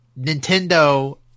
Nintendo